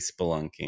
Spelunking